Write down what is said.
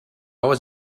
was